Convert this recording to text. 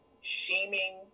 shaming